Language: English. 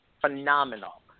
phenomenal